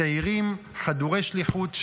צעירים חדורי שליחות,